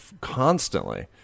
constantly